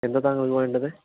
എന്താണ് താങ്കൾക്ക് വേണ്ടത്